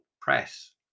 press